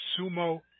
sumo